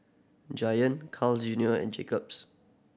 Giant Carl Junior and Jacob's